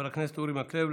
חבר הכנסת אורי מקלב.